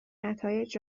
نتایج